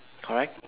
correct